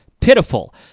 pitiful